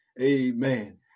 Amen